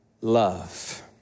love